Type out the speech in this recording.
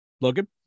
Logan